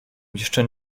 jeszcze